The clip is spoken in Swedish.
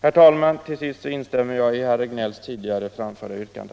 Herr talman! Jag instämmer i herr Regnélls tidigare framställda yrkande.